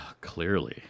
clearly